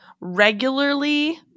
regularly